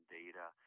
data